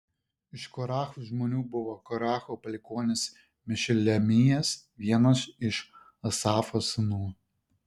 iš korachų žmonių buvo koracho palikuonis mešelemijas vienas iš asafo sūnų